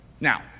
Now